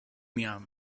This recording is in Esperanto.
mia